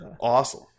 Awesome